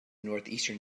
northeastern